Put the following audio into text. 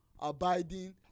abiding